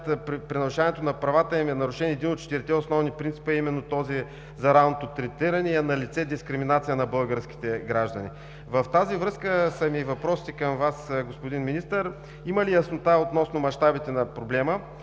при нарушаването на правата им е нарушен един от четирите основни принципа, а именно този за равното третиране и е налице дискриминация на българските граждани. В тази връзка са ми и въпросите към Вас, господин Министър. Има ли яснота относно мащабите на проблема?